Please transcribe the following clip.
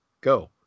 Go